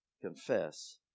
confess